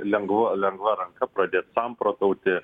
lengva lengva ranka pradėt samprotauti